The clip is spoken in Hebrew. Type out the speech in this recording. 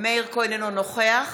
אינו נוכח